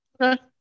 okay